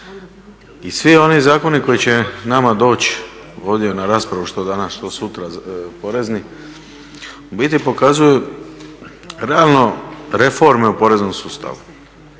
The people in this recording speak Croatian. i svi oni zakoni koji će nama doći ovdje u raspravu, što danas, što sutra porezni, u biti pokazuju realno reforme u poreznom sustavu.